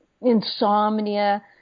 insomnia